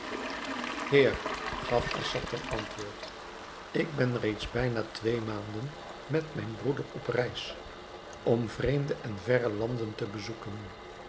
heer gaf assad ten antwoord ik ben reeds bijna twee maanden met mijn broeder op reis om vreemde en verre landen te bezoeken